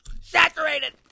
saturated